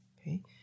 okay